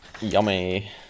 yummy